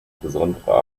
besondere